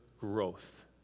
growth